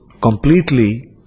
completely